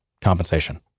compensation